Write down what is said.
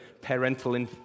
parental